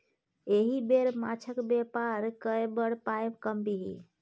एहि बेर माछक बेपार कए बड़ पाय कमबिही